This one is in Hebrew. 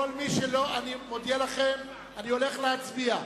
אני הולך לערוך הצבעה.